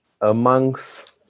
amongst